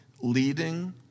leading